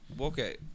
Okay